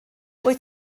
wyt